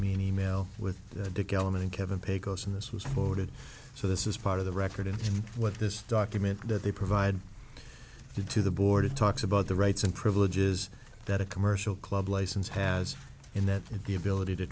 me an e mail with the dick element kevin pecos and this was forwarded so this is part of the record of what this document that they provide did to the board it talks about the rights and privileges that a commercial club license has and that the ability to